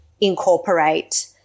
incorporate